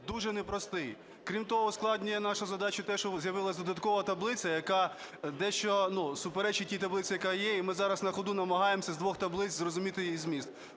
дуже непростий. Крім того, ускладнює нашу задачу те, що з'явилась додаткова таблиця, яка дещо, ну, суперечить тій таблиці, яка є. І ми зараз на ходу намагаємось з двох таблиць зрозуміти її зміст.